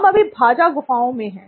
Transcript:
हम अभी भाजा गुफाओं में हैं